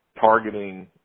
targeting